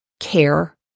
care